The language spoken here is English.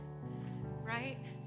Right